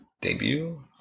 debut